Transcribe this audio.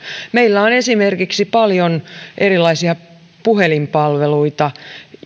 meillä on esimerkiksi paljon erilaisia puhelinpalveluita